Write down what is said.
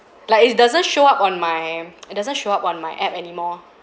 like it's doesn't show up on my it doesn't show up on my app any more